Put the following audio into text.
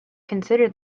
consider